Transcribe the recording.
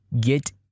get